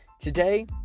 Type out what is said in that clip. today